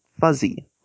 fuzzy